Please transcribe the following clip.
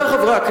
אמני קולנוע,